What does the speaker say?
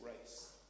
race